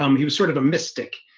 um he was sort of a mystic